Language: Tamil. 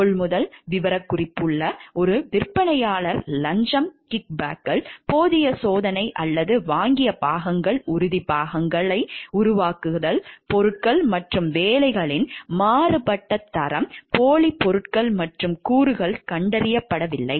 கொள்முதல் விவரக்குறிப்புகள் ஒரு விற்பனையாளர் லஞ்சம் கிக்பேக்குகள் போதிய சோதனை அல்லது வாங்கிய பாகங்கள் உதிரிபாகங்களை உருவாக்குதல் பொருட்கள் மற்றும் வேலைகளின் மாறுபட்ட தரம் போலி பொருட்கள் மற்றும் கூறுகள் கண்டறியப்படவில்லை